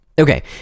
Okay